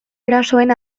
erasoen